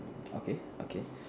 okay okay